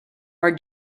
are